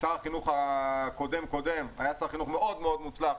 שר החינוך הקודם-קודם היה שר חינוך מאוד מוצלח